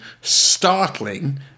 startling